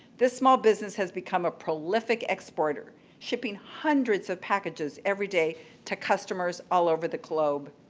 this small business has become a prolific exporter, shipping hundreds of packages everyday to customers all over the globe.